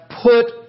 put